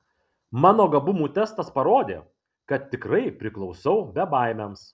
mano gabumų testas parodė kad tikrai priklausau bebaimiams